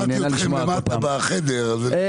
אני נהנה לשמוע אותך כל פעם --- אשר,